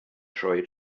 troi